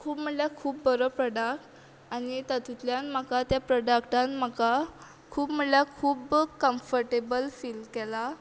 खूब म्हळ्ळ्या खूब बरो प्रोडक्ट आनी तातुंतल्यान म्हाका ते प्रोडक्टान म्हाका खूब म्हळ्ळ्या खूब्ब कम्फर्टेबल फील केलां